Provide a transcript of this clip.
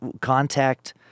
contact